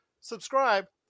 Subscribe